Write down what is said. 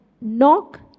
Knock